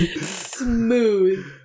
Smooth